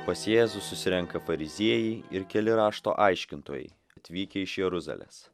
pas jėzų susirenka fariziejai ir keli rašto aiškintojai atvykę iš jeruzalės